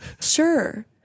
Sure